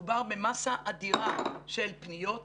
מדובר במסה אדירה של פניות.